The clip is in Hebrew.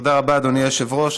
תודה רבה, אדוני היושב-ראש.